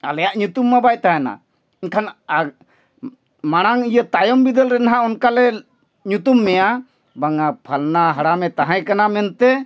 ᱟᱞᱮᱭᱟᱜ ᱧᱩᱛᱩᱢ ᱢᱟ ᱵᱟᱭ ᱛᱟᱦᱮᱱᱟ ᱮᱱᱠᱷᱟᱱ ᱢᱟᱲᱟᱝ ᱤᱭᱟᱹ ᱛᱟᱭᱚᱢ ᱵᱤᱫᱟᱹᱞ ᱨᱮ ᱱᱟᱦᱟᱜ ᱚᱱᱠᱟᱞᱮ ᱧᱩᱛᱩᱢ ᱢᱮᱭᱟ ᱵᱟᱝᱟ ᱯᱷᱟᱞᱱᱟ ᱦᱟᱲᱟᱢᱮ ᱛᱟᱦᱮᱸ ᱠᱟᱱᱟ ᱢᱮᱱᱛᱮ